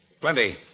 Plenty